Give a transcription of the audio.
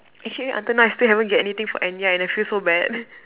actually until now I still haven't get anything for Enya and I feel so bad